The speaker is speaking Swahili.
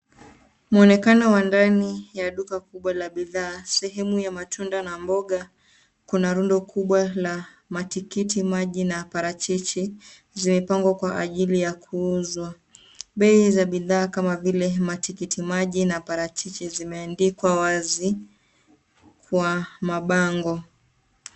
Muonekano wa ndani ya duka kubwa la bidhaa, sehemu ya matunda na mboga kuna rundu kubwa la matikiti maji na parachichi, zimepangwa kwa ajili ya kuuzwa. Pei za bidhaa kama vile matikiti maji na parachichi zimeandikwa wazi kwa mabango.